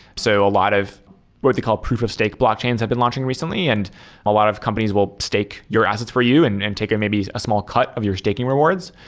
so a lot of what they call proof of stake blockchains have been launching recently and a lot of companies will stake your assets for you and and take maybe a small cut of your staking rewards.